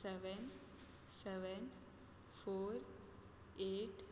seven seven four eight